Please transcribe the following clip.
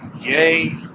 Yay